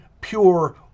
pure